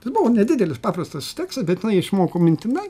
tai buvo nedidelis paprastas tekstas bet jinai neišmoko mintinai